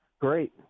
Great